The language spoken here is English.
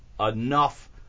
enough